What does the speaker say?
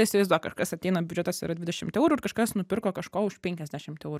įsivaizduok kažkas ateina biudžetas yra dvidešimt eurų ir kažkas nupirko kažko už penkiasdešimt eurų